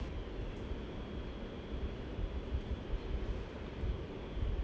one